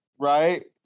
right